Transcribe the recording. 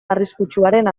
arriskutsuaren